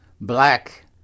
black